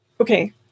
Okay